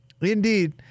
indeed